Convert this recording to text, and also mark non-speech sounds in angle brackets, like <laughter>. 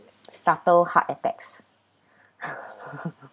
subtle heart attacks <laughs>